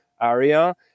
area